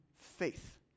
faith